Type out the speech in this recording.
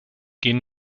gehen